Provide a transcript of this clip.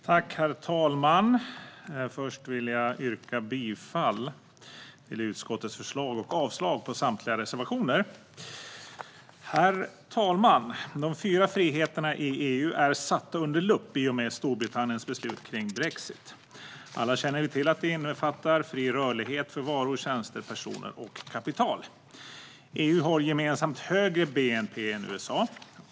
Herr talman! Först vill jag yrka bifall till utskottets förslag och avslag på samtliga reservationer. Herr talman! De fyra friheterna i EU är satta under lupp i och med Storbritanniens beslut om brexit. Alla känner vi till att de innefattar fri rörlighet för varor, tjänster, personer och kapital. EU har gemensamt högre bnp än USA.